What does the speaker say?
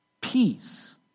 peace